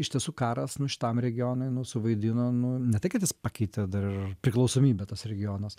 iš tiesų karas nu šitam regionui nu suvaidino nu ne tai kad jis pakeitė dar ir priklausomybę tas regionas